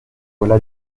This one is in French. voilà